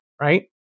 right